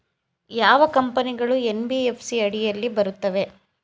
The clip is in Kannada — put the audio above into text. ಯಾವ ಕಂಪನಿಗಳು ಎನ್.ಬಿ.ಎಫ್.ಸಿ ಅಡಿಯಲ್ಲಿ ಬರುತ್ತವೆ?